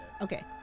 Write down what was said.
Okay